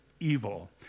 evil